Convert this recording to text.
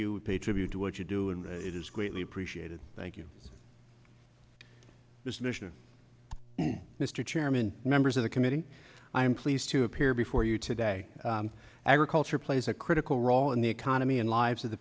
you pay tribute to which you do and it is greatly appreciated thank you this mission mr chairman members of the committee i am pleased to appear before you today agriculture plays a critical role in the economy in lives of the